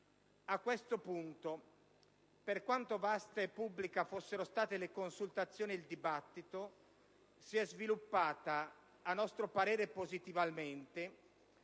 A questo punto, per quanto vaste e pubbliche fossero state le consultazioni e il dibattito, si è sviluppata - a nostro avviso positivamente